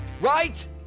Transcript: Right